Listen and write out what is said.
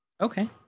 Okay